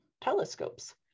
telescopes